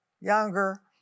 younger